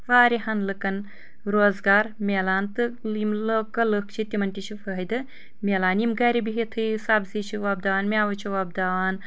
واریاہن لُکن روزگار مِلان تہٕ یم لوکل لُکھ چھِ تمن تہِ چھُ فٲیِدٕ مِلان یم گرِ بہتھی سبزی چھ وۄپداوان میٚوٕ چھِ وۄپداوان